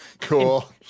Cool